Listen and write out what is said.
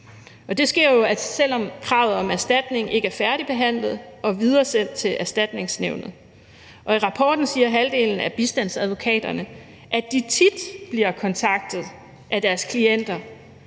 det sker jo altså, selv om kravet om erstatning ikke er færdigbehandlet og videresendt til Erstatningsnævnet. Og i rapporten siger halvdelen af bistandsadvokaterne, at de tit bliver kontaktet af deres klienter,